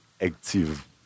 active